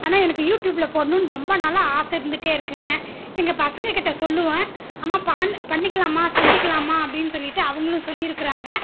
ஆனால் எனக்கு யூட்யூபில் போடணும்னு ரொம்ப நாளாக ஆசை இருந்துகிட்டே இருக்குதுங்க எங்கள் பசங்கக்கிட்ட சொல்லுவேன் அம்மா பா பண்ணிக்கலாம்மா செஞ்சுக்கிலாம்மா அப்படின்னு சொல்லிவிட்டு அவர்களும் சொல்லியிருக்குறாங்க